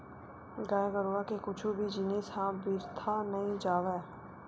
गाय गरुवा के कुछु भी जिनिस ह बिरथा नइ जावय